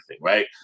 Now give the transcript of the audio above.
Right